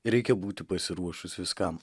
reikia būti pasiruošus viskam